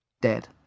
dead